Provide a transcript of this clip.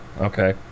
Okay